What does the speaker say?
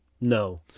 no